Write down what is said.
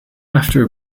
after